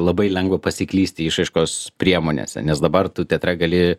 labai lengva pasiklysti išraiškos priemonėse nes dabar tu teatre gali